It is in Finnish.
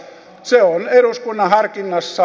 se on eduskunnan harkinnassa